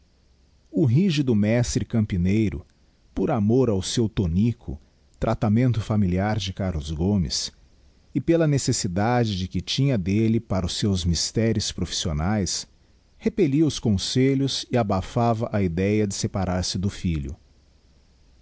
miniatura o rígido mestre campineiro por amor ao seu tónico tratamento familiar de carlos gomes e pela necessidade de que tinha delle para os seus misteres profissionaes repellia os conselhos e abafava a ideia de separar-se do filho